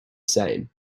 same